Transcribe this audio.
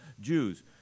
Jews